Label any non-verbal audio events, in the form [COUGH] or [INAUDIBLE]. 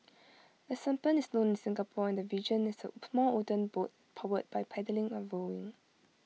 [NOISE] A sampan is known in Singapore and the region as A small wooden boat powered by paddling or rowing